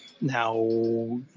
Now